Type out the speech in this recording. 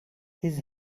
his